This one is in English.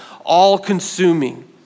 all-consuming